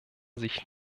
sich